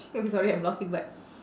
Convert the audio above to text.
I'm sorry I'm laughing but